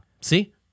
See